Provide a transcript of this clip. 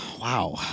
wow